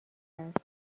است